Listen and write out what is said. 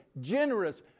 generous